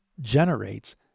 generates